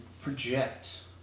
project